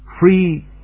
Free